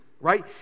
right